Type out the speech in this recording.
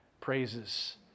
praises